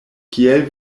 kiel